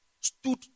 stood